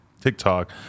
TikTok